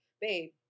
babe